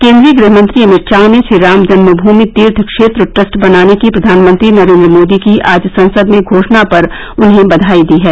केन्द्रीय गृहमंत्री अमित शाह ने श्री राम जन्म भूमि तीर्थ क्षेत्र ट्रस्ट बनाने की प्रधानमंत्री नरेन्द्र मोदी की आज संसद में घोषणा पर उन्हें बधाई दी है